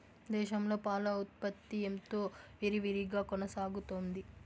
దేశంలో పాల ఉత్పత్తి ఎంతో విరివిగా కొనసాగుతోంది